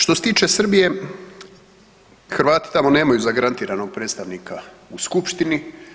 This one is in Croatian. Što se tiče Srbije, Hrvati tamo nemaju zagarantiranog predstavnika u skupštini.